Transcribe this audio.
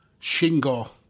Shingo